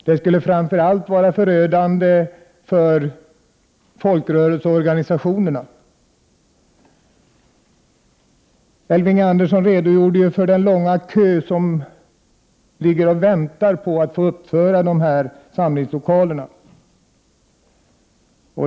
Det skulle framför allt vara förödande för folkrörelseorganisationerna. Elving Andersson redogjorde för den långa kö där man väntar att få uppföra samlingslokalerna.